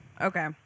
Okay